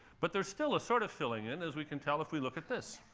but there's still a sort of filling in, as we can tell if we look at this.